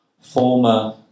former